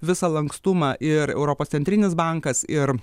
visą lankstumą ir europos centrinis bankas ir